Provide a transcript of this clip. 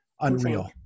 unreal